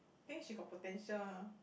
think she got potential ah